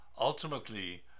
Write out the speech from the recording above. Ultimately